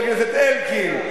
חבר הכנסת אלקין,